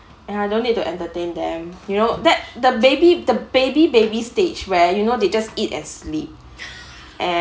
and I don't need to entertain them you know that the baby the baby baby stage where you know they just eat as sleep and